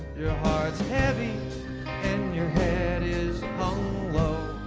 your heart's heavy and your head is hung low